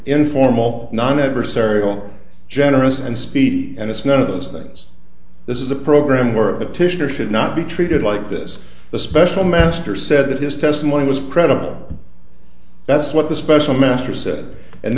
informal non adversarial generous and speedy and it's none of those things this is a program work that titian or should not be treated like this the special master said that his testimony was credible that's what the special master